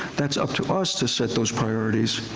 that's up to us to set those priorities.